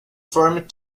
formed